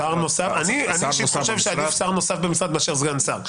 אני חושב שעדיף שר נוסף במשרד מאשר סגן שר.